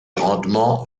rendements